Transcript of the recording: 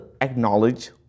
acknowledge